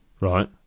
Right